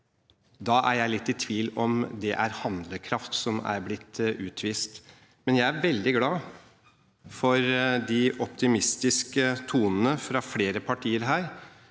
Da er jeg litt i tvil om det er handlekraft som er blitt utvist. Men jeg er veldig glad for de optimistiske tonene fra flere partier her.